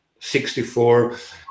64